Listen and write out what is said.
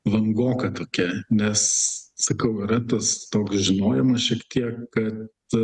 vangoka tokia nes sakau yra tas toks žinojimas šiek tiek kad